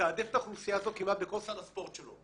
מתעדף את האוכלוסייה הזאת כמעט בכל סל הספורט שלו,